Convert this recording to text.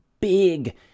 big